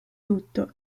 tutto